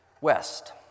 west